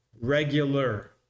regular